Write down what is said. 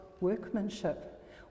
workmanship